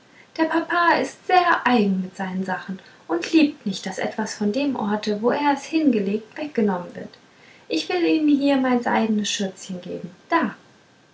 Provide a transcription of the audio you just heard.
der papa ist sehr eigen mit seinen sachen und liebt nicht daß etwas von dem orte wo er es hingelegt weggenommen wird ich will ihnen hier mein seidnes schürzchen geben da